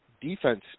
defense